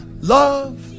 love